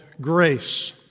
grace